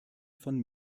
von